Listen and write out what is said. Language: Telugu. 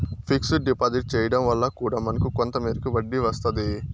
ఫిక్స్డ్ డిపాజిట్ చేయడం వల్ల కూడా మనకు కొంత మేరకు వడ్డీ వస్తాది